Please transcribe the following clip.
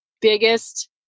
biggest